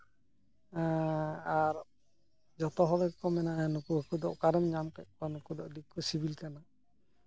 ᱟᱨ ᱡᱚᱛᱚ ᱦᱚᱲ ᱜᱮᱠᱚ ᱢᱮᱱᱟ ᱱᱩᱠᱩ ᱦᱟᱹᱠᱩ ᱫᱚ ᱚᱠᱟᱨᱮᱢ ᱧᱟᱢ ᱠᱮᱫ ᱠᱚᱣᱟ ᱱᱩᱠᱩ ᱫᱚ ᱟᱹᱰᱤ ᱠᱩ ᱥᱤᱵᱤᱞ ᱠᱟᱱᱟ